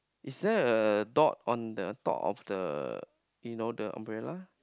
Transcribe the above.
it's that a dog on the top of the you know the umbrella